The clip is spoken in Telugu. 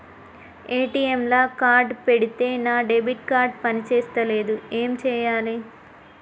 ఏ.టి.ఎమ్ లా కార్డ్ పెడితే నా డెబిట్ కార్డ్ పని చేస్తలేదు ఏం చేయాలే?